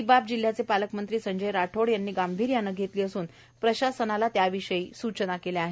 ही बाब जिल्हयाचे पालकमंत्री संजय राठोड यांनी अतिशय गांभिर्याने घेतली असून प्रशासनाला त्यांनी सूचना केल्या आहेत